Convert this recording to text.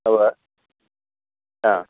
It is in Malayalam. ഉവ്വാ ആ